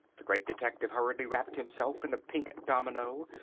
the great detective hurriedly wrapped himself in a pink domino,